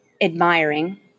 admiring